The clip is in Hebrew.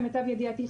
למיטב ידיעתי,